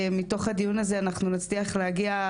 אנחנו צריכים להעמיק